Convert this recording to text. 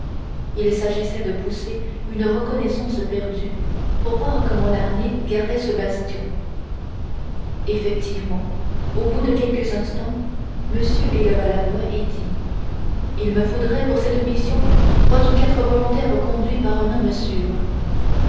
il s'agissait de pousser une reconnaissance perdue pour voir comment l'armée gardait ce bastion effectivement au bout de quelques instants monsieur éleva la voix et dit il me faudrait pour cette mission trois ou quatre volontaires conduits par un homme sûr